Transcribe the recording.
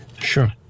Sure